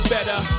Better